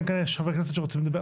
אלא אם כן יש חברי כנסת שרוצים לדבר.